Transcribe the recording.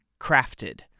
crafted